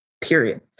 period